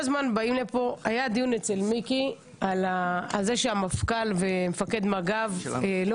דיון אצל מיקי על זה שהמפכ"ל ומפקד מג"ב לא